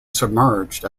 submerged